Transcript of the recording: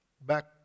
back